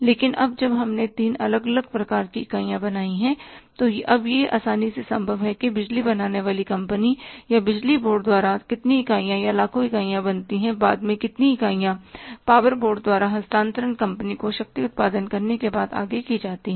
लेकिन अब जब हमने तीन अलग अलग प्रकार की इकाइयाँ बनाई हैं तो अब यह आसानी से संभव है कि बिजली बनाने वाली कंपनी या बिजली बोर्ड द्वारा कितनी इकाइयाँ या लाखों इकाइयाँ बनती हैं और बाद में कितनी इकाइयाँ पॉवर बोर्ड द्वारा हस्तांतरण कंपनी को शक्ति उत्पादन करने के बाद आगे की जाती है